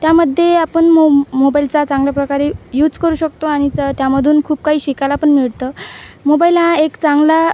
त्यामध्ये आपण मो मोबाईलचा चांगल्याप्रकारे यूज करू शकतो आणि त्यामधून खूप काही शिकायला पण मिळतं मोबाईल हा एक चांगला